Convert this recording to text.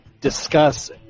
discuss